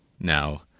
Now